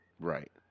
Right